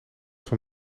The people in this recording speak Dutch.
voor